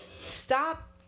stop